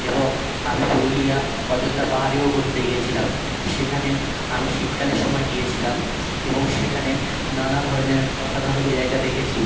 এবং আমি পুরুলিয়া অযোধ্যা পাহাড়েও ঘুরতে গিয়েছিলাম সেখানে আমি শীতকালের সময় গিয়েছিলাম এবং সেখানে নানা ধরনের অসাধারণ জায়গা দেখেছি